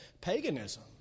paganism